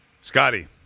Scotty